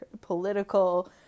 political